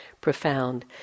profound